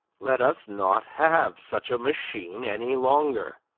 let us not have such a machine any longer.